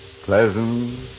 Pleasant